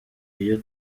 iyo